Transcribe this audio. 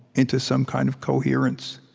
into some kind of coherence.